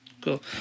cool